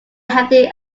healthy